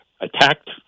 attacked